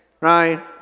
right